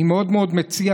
אני מאוד מאוד מציע,